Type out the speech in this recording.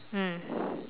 mm